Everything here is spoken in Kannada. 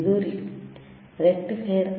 ಇದು ರಿಕ್ಟಿಫೈಯರ್rectifier